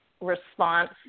response